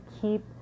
keep